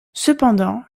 cependant